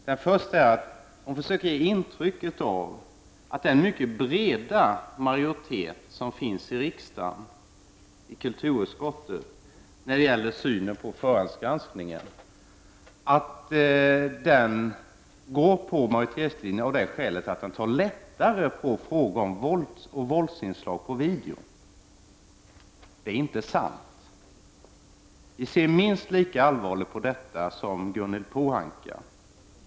Den första gäller att hon försöker ge intryck av att den mycket breda majoritet som finns i riksdagens kulturutskott när det gäller synen på förhandsgranskning tar lättare på frågor om våldsinslag i videogram. Det är inte sant. Majoriteten ser minst lika allvarligt på detta som Ragnhild Pohanka.